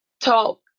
talk